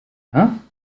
hein